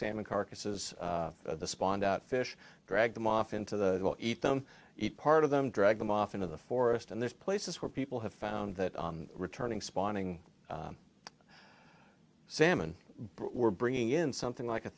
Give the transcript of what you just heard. salmon carcasses of the spawn doubt fish drag them off into the eat them eat part of them drag them off into the forest and there's places where people have found that on returning spawning salmon brought we're bringing in something like a